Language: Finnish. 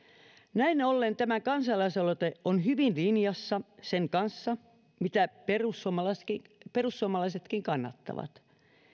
näin ollen tämä kansalaisaloite on hyvin linjassa sen kanssa mitä perussuomalaisetkin perussuomalaisetkin kannattavat